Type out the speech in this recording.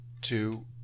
two